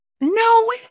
no